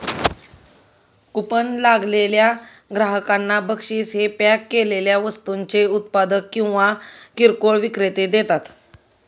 coupon लागलेल्या ग्राहकांना बक्षीस हे पॅक केलेल्या वस्तूंचे उत्पादक किंवा किरकोळ विक्रेते देतात